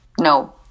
No